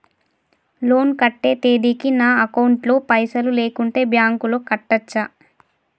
Loan కట్టే తేదీకి నా అకౌంట్ లో పైసలు లేకుంటే బ్యాంకులో కట్టచ్చా?